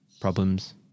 problems